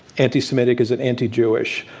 anti-semitic? is it anti-jewish?